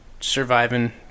surviving